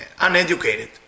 uneducated